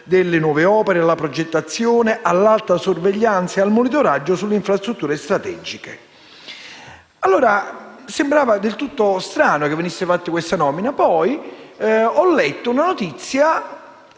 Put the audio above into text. allora del tutto strano che venisse fatta questa nomina, ma poi ho letto una notizia